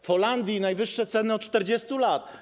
W Holandii są najwyższe ceny od 40 lat.